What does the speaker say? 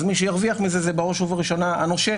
אז מי שירוויח מזה בראש ובראשונה הוא הנושה,